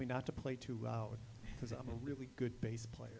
me not to play two out because i'm a really good bass player